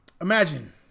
Imagine